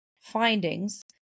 findings